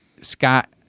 Scott